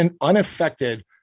unaffected